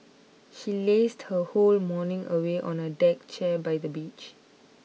she lazed her whole morning away on a deck chair by the beach